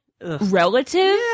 relative